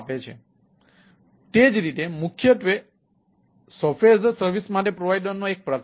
તેથી તે જ રીતે તે મુખ્યત્વે SaaS માટે પ્રોવાઇડરનો એક પ્રકાર છે